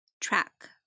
Track